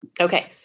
Okay